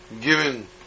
given